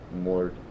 more